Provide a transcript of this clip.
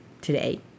today